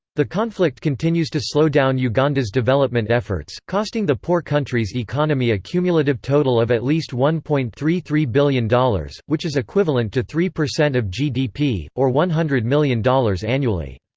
the conflict continues to slow down uganda's development efforts, costing the poor country's economy a cumulative total of at least one point three three billion dollars, which is equivalent to three percent of gdp, or one hundred million dollars annually.